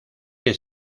que